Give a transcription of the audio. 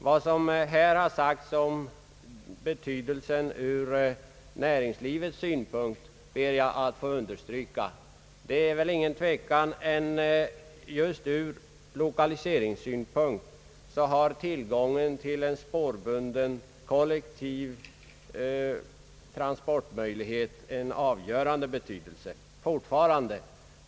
Vad som här sagts om järnvägarnas betydelse ur näringslivets synpunkt ber jag att få understryka. Ur lokaliseringssynpunkt har tillgången till en spårbunden, kollektiv transportmöjlighet fortfarande otvivelaktigt en avgörande betydelse.